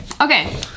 Okay